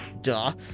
Duh